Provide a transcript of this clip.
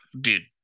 dude